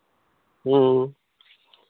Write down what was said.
ᱦᱮᱸ